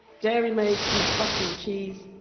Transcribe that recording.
dairy maids to make butter and cheese,